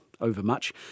overmuch